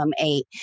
eight